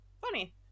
Funny